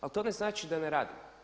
Ali to ne znači da ne radim.